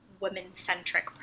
women-centric